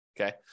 Okay